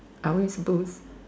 are we supposed